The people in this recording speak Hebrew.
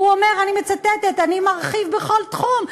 הוא אומר, אני מצטטת, אני מרחיב בכל תחום.